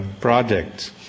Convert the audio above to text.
projects